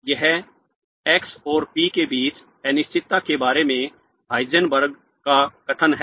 यह x और p के बीच अनिश्चितता के बारे में हाइजेनबर्ग का कथन है